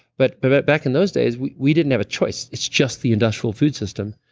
but but but back in those days we we didn't have a choice. it's just the industrial food system.